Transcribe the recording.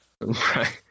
Right